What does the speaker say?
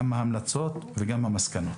גם ההמלצות וגם המסקנות.